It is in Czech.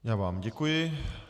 Já vám děkuji.